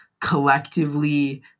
collectively